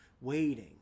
waiting